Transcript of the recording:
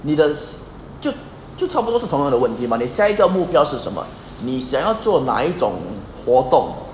你的就就差不多是同样的问题 but 你下一个目标是这么样你想要做什么样的活动